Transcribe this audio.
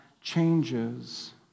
changes